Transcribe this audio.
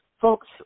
folks